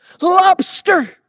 Lobster